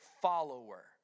follower